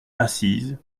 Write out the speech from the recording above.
assise